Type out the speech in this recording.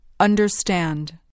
understand